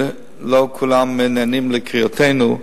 לא כולם נענים לקריאותינו,